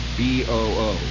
boo